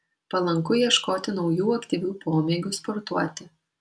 palanku ieškoti naujų aktyvių pomėgių sportuoti